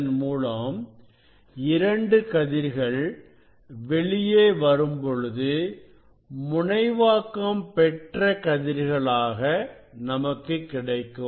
இதன் மூலம் 2 கதிர்கள் வெளியே வரும்பொழுது முனைவாக்கம் பெற்ற கதிர்களாக நமக்கு கிடைக்கும்